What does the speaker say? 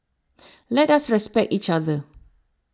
let us respect each other